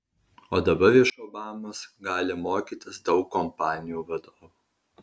o dabar iš obamos gali mokytis daug kompanijų vadovų